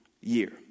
year